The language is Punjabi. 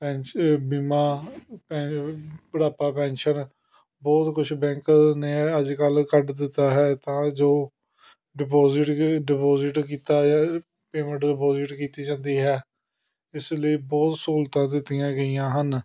ਪੈਨਸ਼ ਬੀਮਾ ਪੈ ਬੁਢਾਪਾ ਪੈਨਸ਼ਨ ਬਹੁਤ ਕੁਛ ਬੈਂਕ ਨੇ ਅੱਜ ਕੱਲ੍ਹ ਕੱਢ ਦਿੱਤਾ ਹੈ ਤਾਂ ਜੋ ਡਿਪੋਜ਼ਿਟ ਡਿਪੋਜ਼ਿਟ ਕੀਤਾ ਜਾ ਪੇਮੈਂਟ ਡਿਪੋਜ਼ਿਟ ਕੀਤੀ ਜਾਂਦੀ ਹੈ ਇਸ ਲਈ ਬਹੁਤ ਸਹੂਲਤਾਂ ਦਿੱਤੀਆਂ ਗਈਆਂ ਹਨ